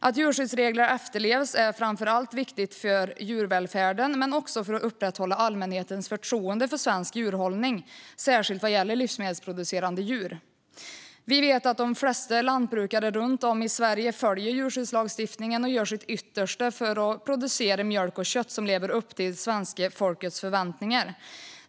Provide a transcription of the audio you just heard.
Att djurskyddsregler efterlevs är framför allt viktigt för djurvälfärden men också för att upprätthålla allmänhetens förtroende för svensk djurhållning, särskilt vad gäller livsmedelsproducerande djur. Vi vet att de flesta lantbrukare runt om i Sverige följer djurskyddslagstiftningen och gör sitt yttersta för att producera mjölk och kött som lever upp till svenska folkets förväntningar.